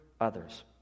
others